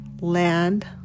land